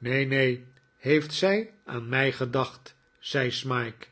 neen neen heeft z ij aan mij gedacht zei smike